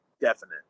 definite